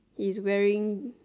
he's wearing